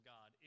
God